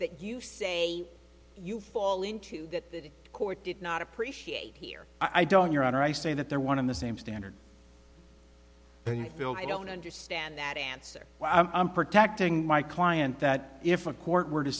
that you say you fall into that the court did not appreciate here i don't your honor i say that they're one in the same standard build i don't understand that answer i'm protecting my client that if a court were to